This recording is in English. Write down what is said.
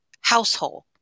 household